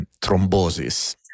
thrombosis